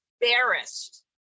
embarrassed